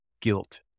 guilt